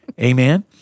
Amen